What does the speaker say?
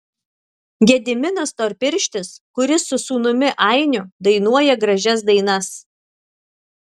gediminas storpirštis kuris su sūnumi ainiu dainuoja gražias dainas